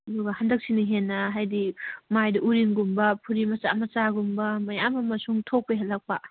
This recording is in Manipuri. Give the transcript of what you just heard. ꯑꯗꯨꯒ ꯍꯟꯗꯛꯁꯤꯅ ꯍꯦꯟꯅ ꯍꯥꯏꯗꯤ ꯃꯥꯏꯗ ꯎꯔꯤꯡꯒꯨꯝꯕ ꯐꯨꯔꯤ ꯃꯆꯥ ꯃꯆꯥꯒꯨꯝꯕ ꯃꯌꯥꯝ ꯑꯃ ꯁꯨꯝ ꯊꯣꯛꯄ ꯍꯦꯜꯂꯛꯄ